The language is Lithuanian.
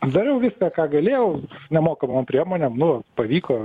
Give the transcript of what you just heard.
dariau viską ką galėjau nemokamom priemonėm nu pavyko